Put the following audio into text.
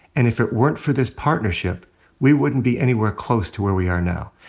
and if it weren't for this partnership we wouldn't be anywhere close to where we are now.